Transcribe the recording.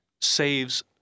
saves